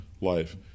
life